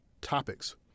topics